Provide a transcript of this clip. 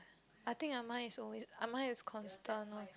I think ah mine is always mine is constant one